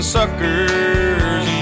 suckers